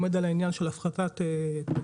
עומד על העניין של הפחתת פליטות.